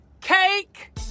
cake